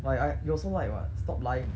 why I you also like [what] stop lying